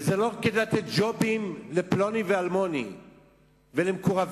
וזה לא כדי לתת ג'ובים לפלוני ואלמוני ולמקורבים.